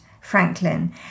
Franklin